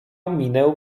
minę